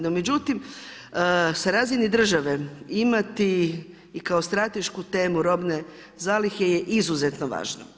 No, međutim, sa razine države imati i kao stratešku temu robne zalihe je izuzetno važno.